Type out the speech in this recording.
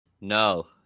No